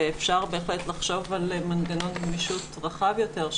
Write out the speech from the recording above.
ואפשר בהחלט לחשוב על מנגנון גמישות רחב יותר,